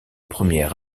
premier